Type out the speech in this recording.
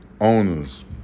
owners